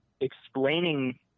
explaining